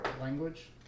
Language